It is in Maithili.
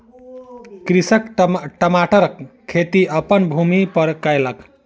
कृषक टमाटरक खेती अपन भूमि पर कयलक